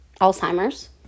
alzheimer's